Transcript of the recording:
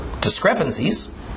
discrepancies